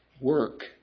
work